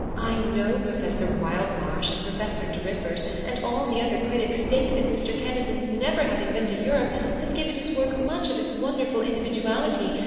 i know professor wildmarsh and professor driffert and all the other critics think that mr. keniston's never having been to europe has given his work much of its wonderful individuality,